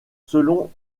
selon